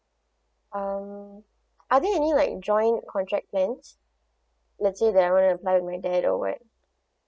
um are there any like joint contract plans let's see that I want to apply with my dad or what